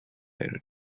well